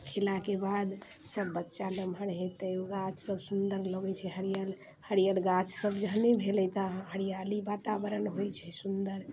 खयलाके बाद सब बच्चा नमहर होयतै ओ गाछ सब सुन्दर लगैत छै हरिअर हरिअर गाछ सब जहने भेलै तऽ हरिआली वातावरण होयत छै सुन्दर